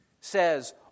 says